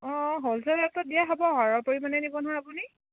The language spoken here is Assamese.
অঁ হ'লচেল ৰেটট দিয়া সৰহ পৰিমাণে নিব নহয় আপুনি